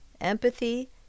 empathy